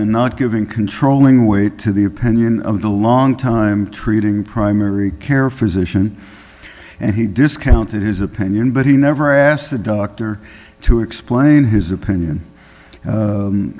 and not giving controlling weight to the opinion of the long time treating primary care physician and he discounted is opinion but he never asked the doctor to explain his opinion